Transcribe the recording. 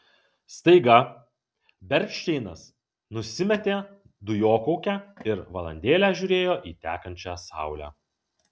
staiga bernšteinas nusimetė dujokaukę ir valandėlę žiūrėjo į tekančią saulę